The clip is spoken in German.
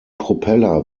propeller